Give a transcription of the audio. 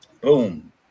boom